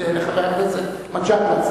לחבר הכנסת מג'אדלה,